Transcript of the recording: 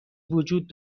وجود